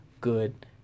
good